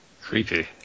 Creepy